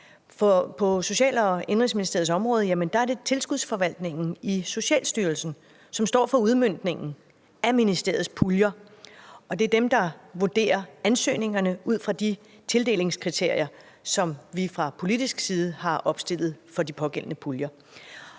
På Social- og Indenrigsministeriets område er det tilskudsforvaltningen i Socialstyrelsen, som står for udmøntningen af ministeriets puljer, og det er dem, der vurderer ansøgningerne ud fra de tildelingskriterier, som vi fra politisk side har opstillet for de pågældende puljer.